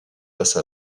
passe